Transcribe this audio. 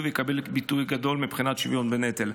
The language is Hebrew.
ויקבל ביטוי גדול מבחינת שוויון בנטל.